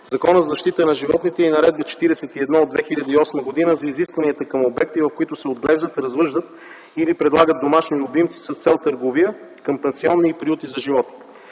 Закона за защита на животните и Наредба № 41 от 2008 г. за изискванията към обекти, в които се отглеждат, развъждат или предлагат домашни любимци с цел търговия, към пансиони и приюти за животни.